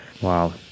Wow